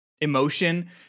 emotion